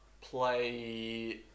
play